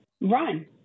run